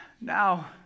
Now